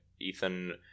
ethan